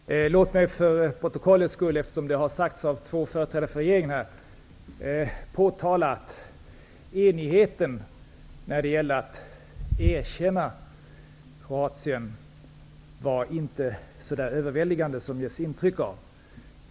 Fru talman! Låt mig för protokollets skull påtala, med anledning av vad som nu har sagts av två företrädare för regeringen, att enigheten när det gällde att erkänna Kroatien inte var så överväldigande som det ges intryck av.